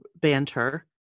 banter